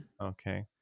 Okay